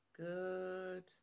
Good